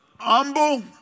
Humble